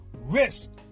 risk